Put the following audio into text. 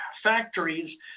factories